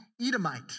Edomite